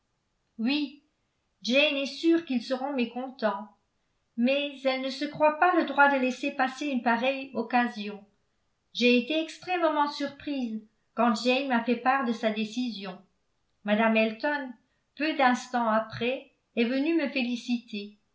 oui jane est sûre qu'ils seront mécontents mais elle ne se croit pas le droit de laisser passer une pareille occasion j'ai été extrêmement surprise quand jane m'a fait part de sa décision mme elton peu d'instants après est venue me féliciter